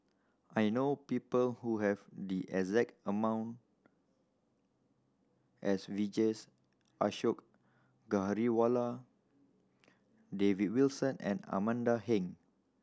I know people who have the exact among as Vijesh Ashok Ghariwala David Wilson and Amanda Heng